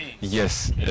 yes